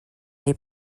les